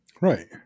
Right